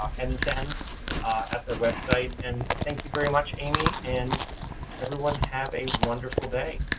and nten, at their website. and thank you very much, amy. and everyone have a wonderful day.